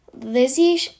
Lizzie